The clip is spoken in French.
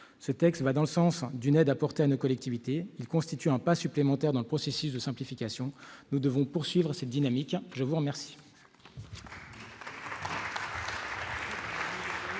Ce texte va dans le sens d'une aide apportée à nos collectivités ; il constitue un pas supplémentaire dans le processus de simplification. Nous devons poursuivre cette dynamique. La parole